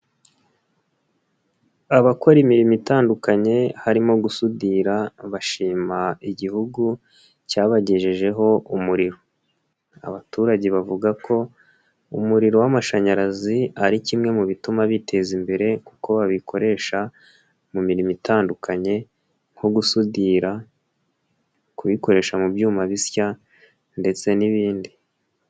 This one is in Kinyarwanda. Abakora imirimo itandukanye, harimo gusudira, bashima igihugu cyabagejejeho umuriro, abaturage bavuga ko umuriro w'amashanyarazi ari kimwe mu bituma biteza imbere, kuko babikoresha mu mirimo itandukanye nko gusudira, kubikoresha mu byuma bisya ndetse n'ibindi.